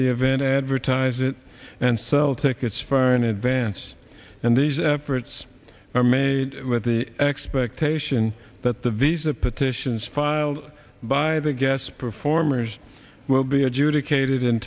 the event advertise it and sell tickets for an advance and these efforts are made with the expectation that the visa petitions filed by the guests performers will be adjudicated in